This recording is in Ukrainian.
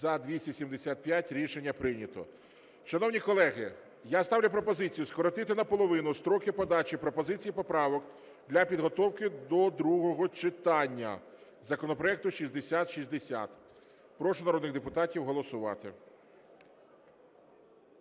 За-275 Рішення прийнято. Шановні колеги, я ставлю пропозицію скоротити наполовину строки подачі пропозицій і поправок для підготовки до другого читання законопроекту 6060. Прошу народних депутатів голосувати.